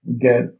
get